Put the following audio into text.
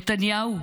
נתניהו,